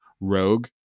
rogue